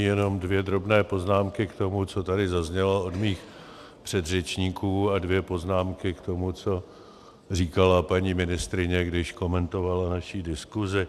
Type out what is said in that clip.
Jenom dvě drobné poznámky k tomu, co tady zaznělo od mých předřečníků, a dvě poznámky k tomu, co říkala paní ministryně, když komentovala naši diskusi.